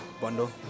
bundle